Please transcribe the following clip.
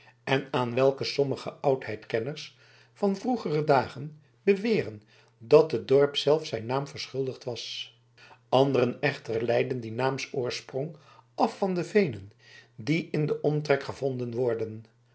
en aan welken sommige oudheidkenners van vroegere dagen beweren dat het dorp zelf zijn naam verschuldigd was anderen echter leidden dien naamsoorsprong af van de veenen die in den omtrek gevonden worden